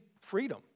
freedom